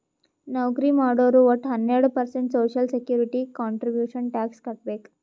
ನೌಕರಿ ಮಾಡೋರು ವಟ್ಟ ಹನ್ನೆರಡು percent social security contribution tax ಕಟ್ಬೇಕ್